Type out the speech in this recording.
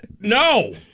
No